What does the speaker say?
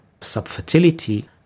subfertility